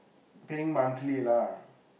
paying monthly lah